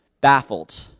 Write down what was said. baffled